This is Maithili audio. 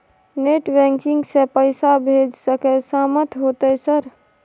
नेट बैंकिंग से पैसा भेज सके सामत होते सर?